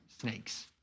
snakes